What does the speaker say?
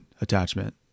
attachment